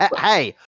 Hey